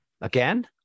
Again